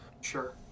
Sure